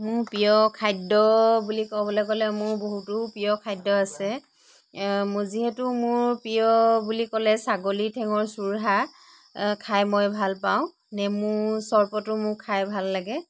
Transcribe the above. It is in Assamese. মোৰ প্ৰিয় খাদ্য বুলি ক'বলৈ গ'লে মোৰ বহুতো প্ৰিয় খাদ্য আছে মোৰ যিহেতু মোৰ প্ৰিয় বুলি ক'লে ছাগলী ঠেঙৰ চুৰুহা খাই মই ভাল পাওঁ নেমুৰ চৰ্বটো মোৰ খাই ভাল লাগে